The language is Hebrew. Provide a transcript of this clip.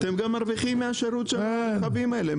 מה גם שאתם מרוויחים מהשירות לרכבים האלה.